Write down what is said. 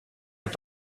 est